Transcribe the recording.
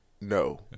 No